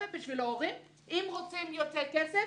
אם רוצים יותר כסף,